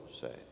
say